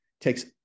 takes